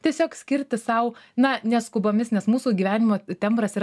tiesiog skirti sau na neskubomis nes mūsų gyvenimo tembras yra